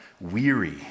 weary